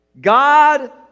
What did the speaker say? God